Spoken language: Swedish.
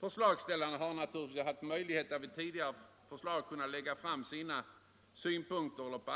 Förslagsställarna har naturligtvis haft möjlighet att ge synpunkter på